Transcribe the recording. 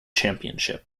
championship